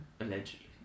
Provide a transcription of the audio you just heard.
Allegedly